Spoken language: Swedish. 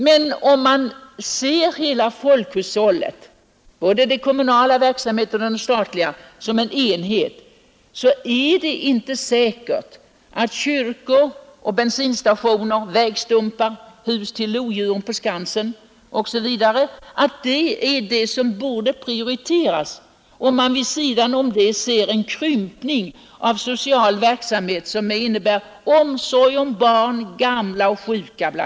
Men om man betraktar hela folkhushållet — både den kommunala verksamheten och den statliga — som en enhet, så är det inte säkert att byggnadsproduktionen av kyrkor, bensinstationer, väg stumpar, hus till lodjuren på Skansen osv. är det som borde prioriteras framför social verksamhet, vilken bl.a. innebär omsorg om barn, gamla och sjuka.